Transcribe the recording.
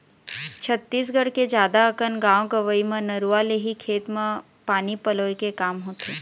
छत्तीसगढ़ के जादा अकन गाँव गंवई म नरूवा ले ही खेत म पानी पलोय के काम होथे